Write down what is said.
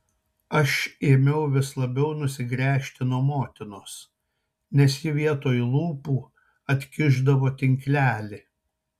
aš ėmiau vis labiau nusigręžti nuo motinos nes ji vietoj lūpų atkišdavo tinklelį